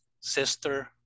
sister